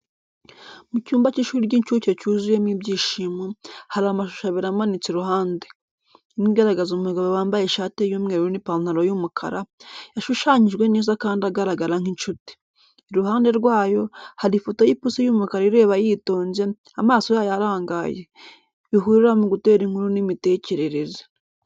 Mu cyumba cy’ishuri ry’incuke cyuzuyemo ibyishimo, hari amashusho abiri amanitse iruhande. Imwe igaragaza umugabo wambaye ishati y’umweru n’ipantaro y’umukara, yashushanyijwe neza kandi agaragara nk’inshuti. Iruhande rwayo, hari ifoto y’ipusi y’umukara ireba yitonze, amaso yayo arangaye. Bihurira mu gutera inkuru n’imitekerereze.